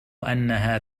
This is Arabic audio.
أنها